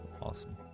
Awesome